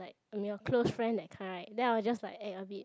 like I'm your close friend that kind right then I'll just like act a bit